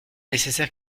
nécessaire